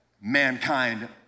mankind